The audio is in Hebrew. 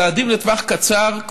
הצעדים לטווח קצר,